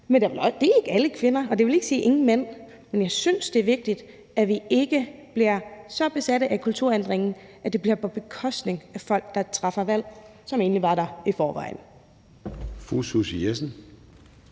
Men det er ikke alle kvinder, og det vil ikke sige, at der ingen mænd er. Men jeg synes, det er vigtigt, at vi ikke bliver så besatte af kulturændringen, at det bliver på bekostning af folk, der træffer et valg, som egentlig var der i forvejen.